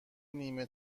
نیمه